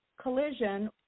collision